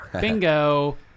Bingo